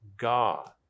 God